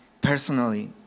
personally